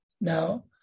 Now